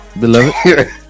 beloved